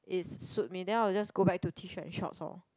is suit me then I will just go back to T-shirt and shorts lor